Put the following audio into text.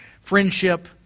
friendship